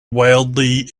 wildly